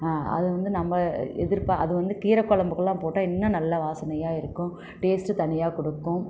அத வந்து நம்ம எதிர்ப்பாக அதை வந்து கீரைக் குழம்புக்கெல்லாம் போட்டால் இன்னும் நல்லா வாசனையாக இருக்கும் டேஸ்ட்டு தனியாக கொடுக்கும்